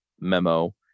memo